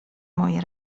moje